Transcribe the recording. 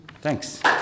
Thanks